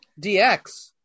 DX